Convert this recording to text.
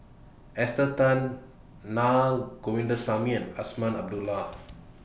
Esther Tan Naa Govindasamy and Azman Abdullah